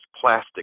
plastic